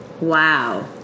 Wow